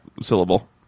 syllable